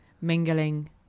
mingling